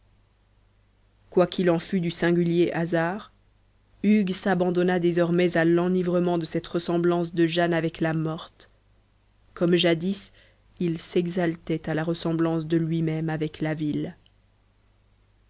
qu'il en fût du singulier hasard hugues s'abandonna désormais à l'enivrement de cette ressemblance de jane avec la morte comme jadis il s'exaltait à la ressemblance de lui-même avec la ville